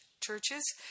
Churches